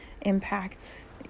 impacts